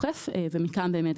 שאחראי,